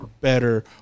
better